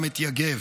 גם את יגב.